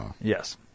Yes